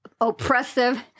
oppressive